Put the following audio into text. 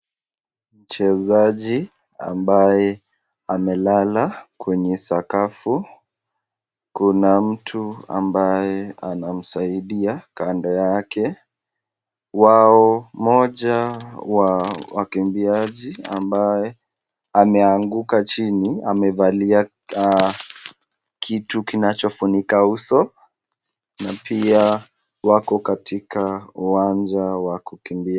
Mchezaji ambaye amelala kwenye sakafu, kuna mtu ambaye anamsaidia kando yake wao moja wao wakimbiaji ambaye ameanguka chini amevalia kitu kinachofunika uso na pia wako katika uwanja wa kukimbia.